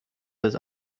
has